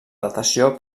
datació